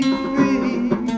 free